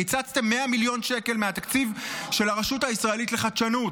קיצצתם 100 מיליון שקל מהתקציב של הרשות הישראלית לחדשנות,